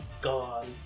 gone